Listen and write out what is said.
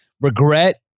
regret